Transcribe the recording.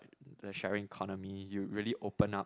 the sharing economy you really open up